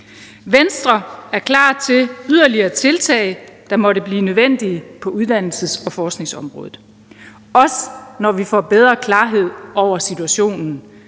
Venstre er klar til yderligere tiltag, der måtte blive nødvendige på uddannelses- og forskningsområdet, også når vi får bedre klarhed over situationen.